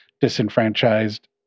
disenfranchised